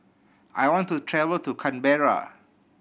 I want to travel to Canberra